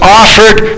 offered